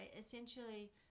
essentially